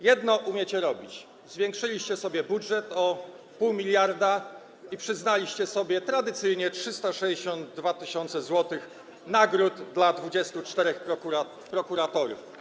Jedno umiecie robić: zwiększyliście sobie budżet o pół miliarda i przyznaliście sobie tradycyjnie 362 tys. zł nagród dla 24 prokuratorów.